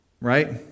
right